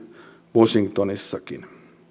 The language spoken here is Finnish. washingtonissakin